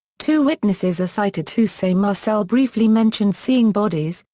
two witnesses are cited who say marcel briefly mentioned seeing bodies,